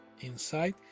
inside